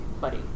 buddy